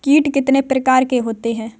कीट कितने प्रकार के होते हैं?